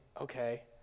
okay